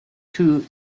two